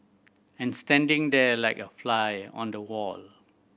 and standing there like a fly on the wall